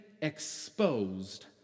exposed